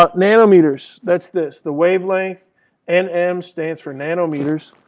ah nanometers, that's this, the wavelength nm stands for nanometers.